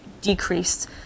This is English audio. decreased